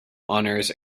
honours